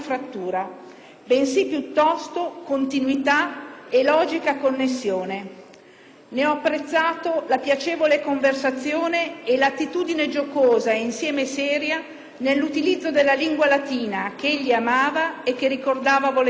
bensì continuità e logica connessione. Ne ho apprezzato la piacevole conversazione e l'attitudine giocosa e insieme seria nell'utilizzo della lingua latina, che egli amava e che ricordava volentieri,